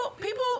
people